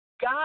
God